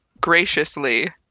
graciously